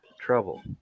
trouble